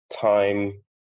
time